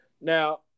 Now